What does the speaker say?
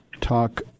Talk